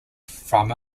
from